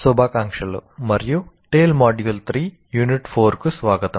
శుభాకాంక్షలు మరియు TALE module 3 unit 4 కు స్వాగతం